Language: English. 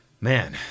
man